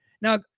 now